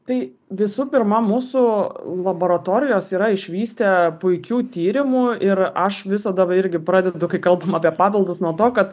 tai visų pirma mūsų laboratorijos yra išvystę puikių tyrimų ir aš visada irgi pradedu kai kalbam apie papildus nuo to kad